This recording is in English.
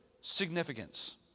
significance